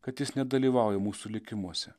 kad jis nedalyvauja mūsų likimuose